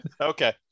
okay